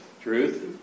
Truth